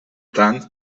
tant